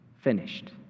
finished